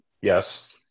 yes